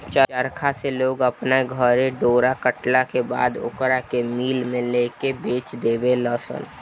चरखा से लोग अपना घरे डोरा कटला के बाद ओकरा के मिल में लेके बेच देवे लनसन